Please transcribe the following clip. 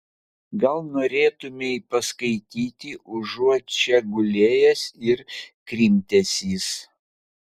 gal norėtumei paskaityti užuot čia gulėjęs ir krimtęsis